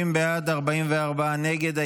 30 בעד, 44 נגד.